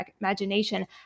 imagination